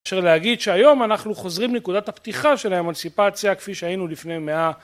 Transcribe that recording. אפשר להגיד שהיום אנחנו חוזרים נקודת הפתיחה של האמנסיפציה כפי שהיינו לפני מאה